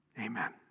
Amen